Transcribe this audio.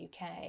UK